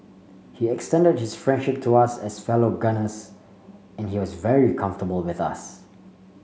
he extended his friendship to us as fellow gunners and he was very comfortable with us